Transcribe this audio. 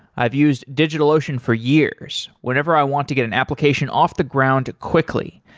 i've used digitalocean for years whenever i want to get an application off the ground quickly,